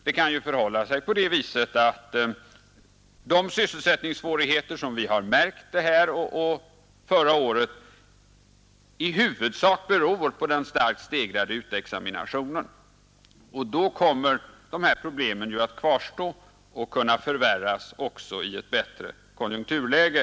Det kan ju förhålla sig så att de sysselsättningssvårigheter som vi har märkt i år och förra året i huvudsak beror på den starkt stegrade utexaminationen. Då kommer ju dessa problem att kvarstå och kunna förvärras också i ett bättre konjunkturläge.